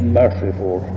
merciful